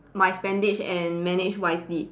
my spendings and manage wisely